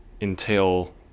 entail